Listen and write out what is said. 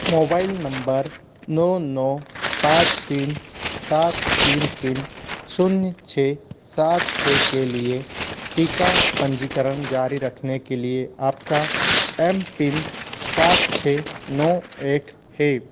mobile number नौ नौ पाँच तीन सात तीन तीन शून्य छः सात छः के लिए टीका पंजीकरण जारी रखने के लिए आपका एम पिन सात छः नौ एक है